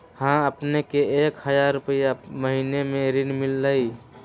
हां अपने के एक हजार रु महीने में ऋण मिलहई?